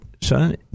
son